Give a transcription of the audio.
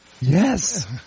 Yes